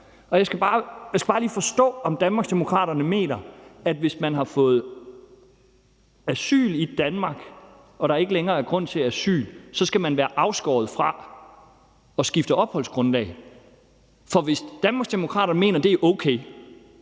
Jeg skal bare lige forstå, om Danmarksdemokraterne mener, at hvis man har fået asyl i Danmark og der ikke længere er grund til asyl, så skal man være afskåret fra at skifte opholdsgrundlag, for hvis Danmarksdemokraterne mener, at det er okay,